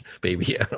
baby